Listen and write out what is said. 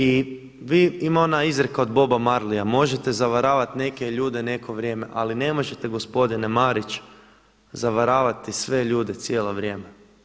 I vi, ima ona izreka od Boba Marleya možete zavaravati neke ljude neko vrijeme, ali ne možete gospodine Marić zavaravati sve ljude cijelo vrijeme.